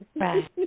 Right